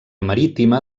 marítima